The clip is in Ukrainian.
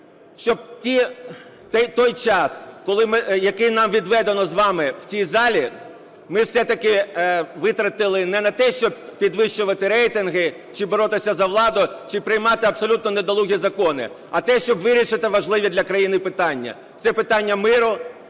щоб той час, який нам відведено з вами в цій залі, ми все-таки витратили не на те, щоб підвищувати рейтинги чи боротися за владу, чи приймати абсолютно недолугі закони, а те, щоб вирішити важливі для країни питання. Це питання миру.